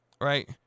Right